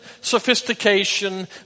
sophistication